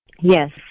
Yes